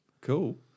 cool